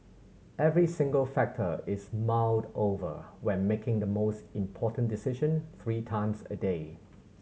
every single factor is mulled over when making the most important decision three times a day